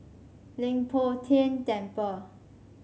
Leng Poh Tian Temple